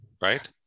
Right